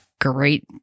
Great